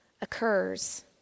occurs